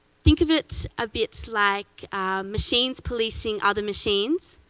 think of it a bit like machines policing other machines,